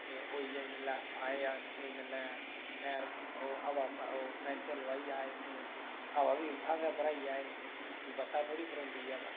ते होई गेआ जेल्लै आए अस ते जेल्लै टैर हबा पैंचर लुआई आए अस ते हबा बी उत्थै गा भराई आए प्ही बाहरा थोह्ड़े भरोंदी हबा